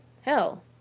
Hell